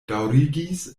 daŭrigis